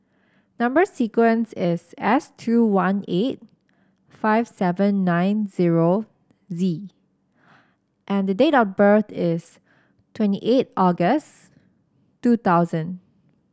number sequence is S two one eight five seven nine zero Z and the date of birth is twenty eight August two thousand